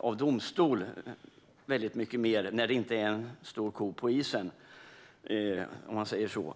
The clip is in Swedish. av domstol i högre utsträckning när det inte är en stor ko på isen, om man säger så.